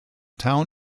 town